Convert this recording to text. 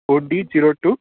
O D zero two